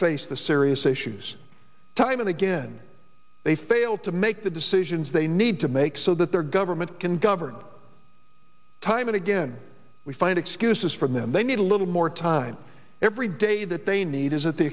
face the serious issues time and again they fail to make the decisions they need to make so that their government can govern time and again we find excuses from them they need a little more time every day that they need is at the